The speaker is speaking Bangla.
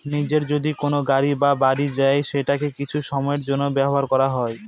নিজে যদি কোনো গাড়ি বা বাড়ি দেয় সেটাকে কিছু সময়ের জন্য ব্যবহার করা হয়